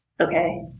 Okay